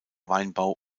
weinbau